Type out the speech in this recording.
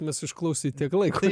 nes išklausyt tiek laiko